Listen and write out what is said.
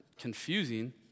confusing